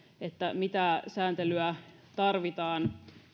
mitä sääntelyä tarvitaan